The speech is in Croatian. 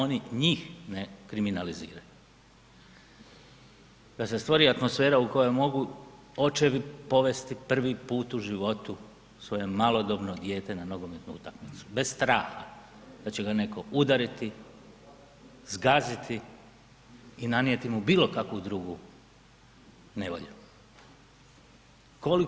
Da oni njih ne kriminaliziraju, da se stvori atmosfera u kojoj mogu očevi povesti prvi put u životu svoje malodobno dijete na nogometnu utakmicu bez straha da će ga netko udariti, zgaziti i nanijeti mu bilo kakvu drugu nevolju.